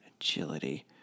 Agility